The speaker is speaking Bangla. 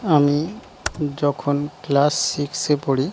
আমি যখন ক্লাস সিক্সে পড়ি